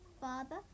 father